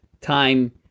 time